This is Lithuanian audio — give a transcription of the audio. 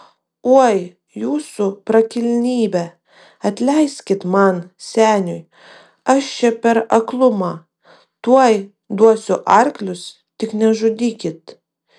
oi jūsų prakilnybe atleiskit man seniui aš čia per aklumą tuoj duosiu arklius tik nežudykit